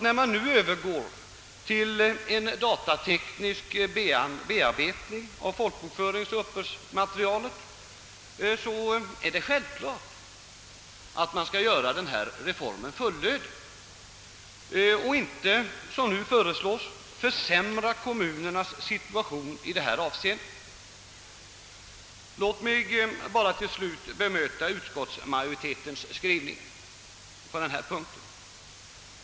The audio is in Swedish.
När man övergår till datateknisk bearbetning av folkbokförinigsoch uppbördsmaterialet, så tycker jag det är självklart att man skall göra denna reform fullödig och inte, som nu föreslås, försämra kommunernas situation i detta avseende. Låt mig bara till sist bemöta vad utskottsmajoriteten anfört på denna punkt.